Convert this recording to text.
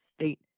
state